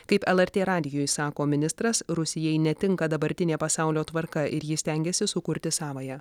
kaip lrt radijui sako ministras rusijai netinka dabartinė pasaulio tvarka ir ji stengiasi sukurti savąją